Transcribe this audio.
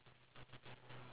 no I have not